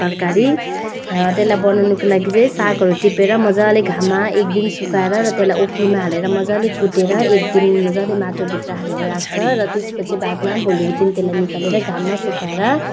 तरकारी र त्यसलाई बनाउनुको लागि चाहिँ सागहरू टिपेर मजाले घाममा एक दिन सुकाएर र त्यसलाई ओखलीमा हालेर मजाले कुटेर एक दिन मजाले माटोभित्र हालेर राख्छ र त्यसपछि बादमा भोलिको दिन त्यसलाई निकालेर घाममा सुकाएर